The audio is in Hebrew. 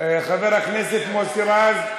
חבר הכנסת מוסי רז,